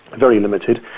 very limited,